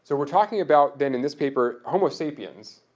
so we're talking about, then, in this paper, homo sapiens,